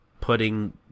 putting